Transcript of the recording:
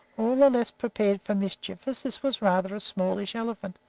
all the less prepared for mischief as this was rather a smallish elephant,